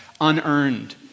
unearned